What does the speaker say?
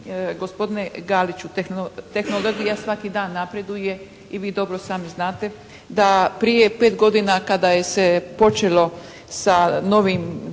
Gospodine Galiću tehnologija svaki dan napreduje i vi dobri sami znate, da prije pet godina kada se počelo sa novim